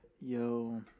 Yo